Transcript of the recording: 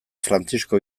frantzisko